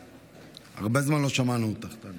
הרבה זמן לא שמענו אותך.